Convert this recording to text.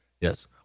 yes